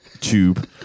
tube